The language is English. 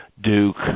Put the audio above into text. Duke